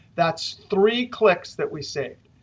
that's three clicks that we saved.